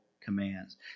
commands